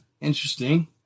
Interesting